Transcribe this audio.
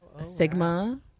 Sigma